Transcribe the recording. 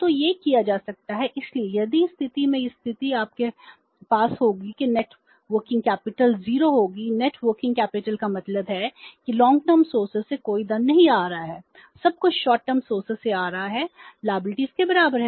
तो यह किया जा सकता है इसलिए यदि इस स्थिति में यह स्थिति आपके पास होगी कि नेटवर्किंग कैपिटल के बराबर हैं